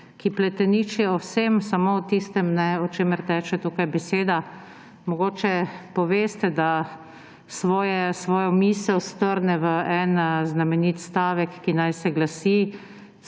ki pleteniči o vsem, samo o tistem ne, o čemer teče tukaj beseda, mogoče poveste, da svojo misel strne v en znameniti stavek, ki naj se glasi